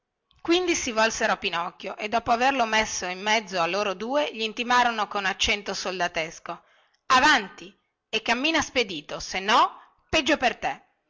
quindi si volsero a pinocchio e dopo averlo messo in mezzo a loro due glintimarono con accento soldatesco avanti e cammina spedito se no peggio per te